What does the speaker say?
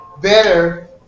better